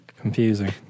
confusing